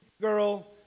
girl